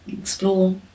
Explore